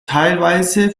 teilweise